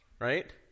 Right